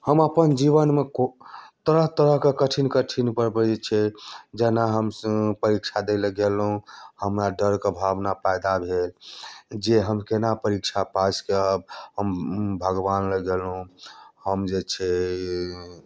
हम अपन जीवनमे क तरह तरहके कठिन कठिन जे छै जेना हम परीक्षा दै लेल गेलहुँ हमरा डरके भावना पैदा भेल जे हम केना परीक्षा पास करब हम भगवान लेल गेलहुँ हम जे छै